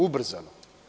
Ubrzano.